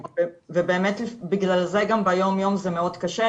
באמת בגלל זה גם ביום-יום זה מאוד קשה,